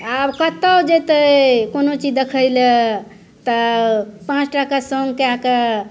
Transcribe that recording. आओर कतहु जेतय कोनो चीज देखय लए तऽ पाँच टाके सङ्ग कए के